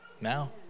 now